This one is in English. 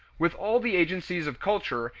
with all the agencies of culture,